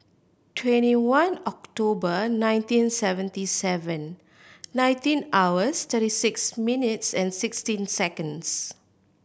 twenty one October nineteen seventy seven nineteen hours thirty six minutes and sixteen seconds